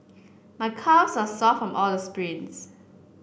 my calves are sore from all the sprints